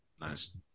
nice